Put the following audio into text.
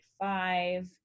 five